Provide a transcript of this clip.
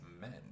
men